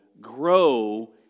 grow